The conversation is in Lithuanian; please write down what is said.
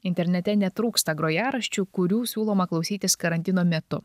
internete netrūksta grojaraščių kurių siūloma klausytis karantino metu